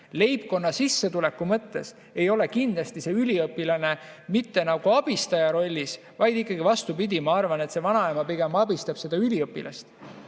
Leibkonna sissetuleku mõttes ei ole kindlasti see üliõpilane mitte abistaja rollis, vaid vastupidi, ma arvan, et vanaema pigem abistab seda üliõpilast.